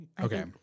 Okay